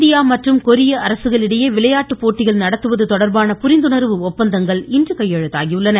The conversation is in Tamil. இந்தியா மற்றும் கொரிய அரசுகள் இடையே விளையாட்டு போட்டிகள் நடத்துவது தொடர்பான புரிந்துணர்வு ஒப்பந்தங்கள் இன்று கையெழுத்தாகியுள்ளன